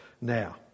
now